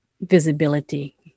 visibility